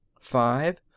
five